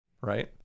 right